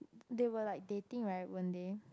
they were like dating right weren't they